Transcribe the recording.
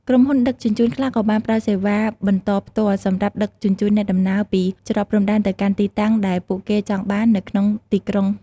ក្រុមហ៊ុនដឹកជញ្ជូនខ្លះក៏បានផ្តល់សេវាបន្តផ្ទាល់សម្រាប់ដឹកជញ្ជូនអ្នកដំណើរពីច្រកព្រំដែនទៅកាន់ទីតាំងដែលពួកគេចង់បាននៅក្នុងទីក្រុង។